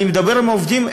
אני מדבר עם העובדים,